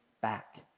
back